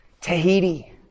Tahiti